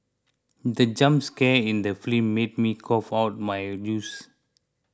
the jump scare in the film made me cough out my juice